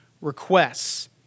requests